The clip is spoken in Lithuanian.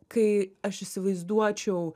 kai aš įsivaizduočiau